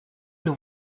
nous